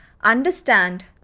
understand